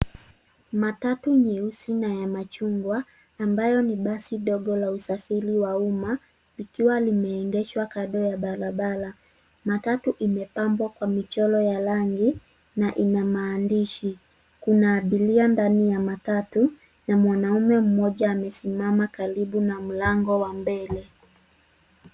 Matatu nyeusi na ya machngwa ambayo ni basi ndogo la usafiri wa uma, likiwa limeegeshwa kando ya barabara. Matatu imepambwa kwa michoro ya rangi, na ina maandishi. Kuna abiria ndani ya matatu, na mwanamume mmoja amesimama karibu na mlango wa mbele.